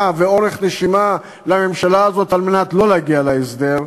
ואורך נשימה לממשלה הזאת על מנת לא להגיע להסדר,